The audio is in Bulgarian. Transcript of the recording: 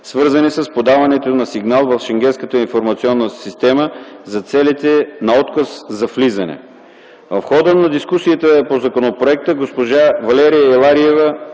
свързани с подаването на сигнал в Шенгенската информационна система за целите на отказ за влизане. В хода на дискусията по законопроекта госпожа Валерия Илариева,